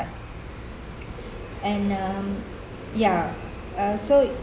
and um ya uh so